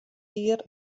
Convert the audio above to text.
jier